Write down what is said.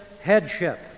headship